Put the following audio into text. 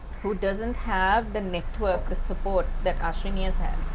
who doesn't have the network the support that ashwini has had.